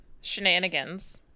shenanigans